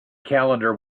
calendar